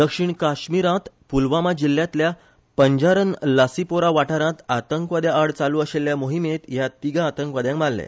दक्षिण काश्मीरांत पुलवामा जिल्यांतल्या पंजारन लासीपोरा वाठारांत आतंकवाद्याआड चालू आशिल्ल्या मोहिमेंत ह्या तिघा आतंकवाद्यांक मारले